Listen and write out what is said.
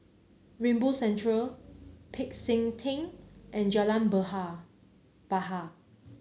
Rainbow Centre Peck San Theng and Jalan Behar Bahar